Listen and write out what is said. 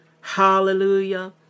Hallelujah